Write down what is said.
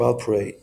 valproate